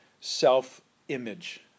self-image